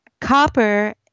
Copper